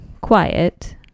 quiet